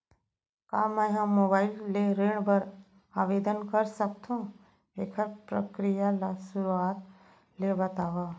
का मैं ह मोबाइल ले ऋण बर आवेदन कर सकथो, एखर प्रक्रिया ला शुरुआत ले बतावव?